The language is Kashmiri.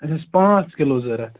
اَسہِ اوس پانٛژھ کِلوٗ ضرورَت